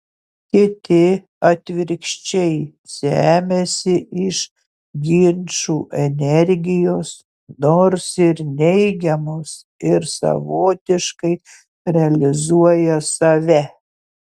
kiti atvirkščiai semiasi iš ginčų energijos nors ir neigiamos ir savotiškai realizuoja save